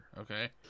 Okay